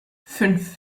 fünf